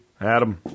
Adam